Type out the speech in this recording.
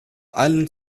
island